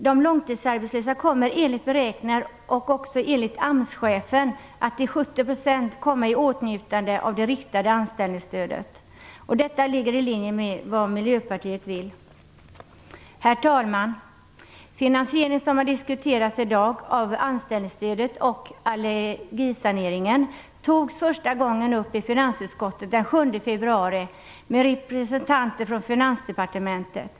De långtidsarbetslösa kommer enligt beräkningar och också enligt AMS-chefen att till 70 % komma i åtnjutande av det riktade anställningsstödet. Detta ligger i linje med vad Miljöpartiet vill. Herr talman! Frågan om finansieringen av det riktade anställningsstödet och allergisaneringen togs första gången upp till diskussion av finansutskottet den 7 februari med representanter för Finansdepartementet.